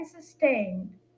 sustained